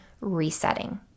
resetting